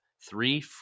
three